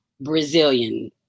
brazilian